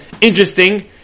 interesting